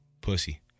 Pussy